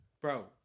Bro